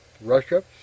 Russia